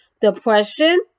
depression